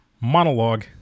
monologue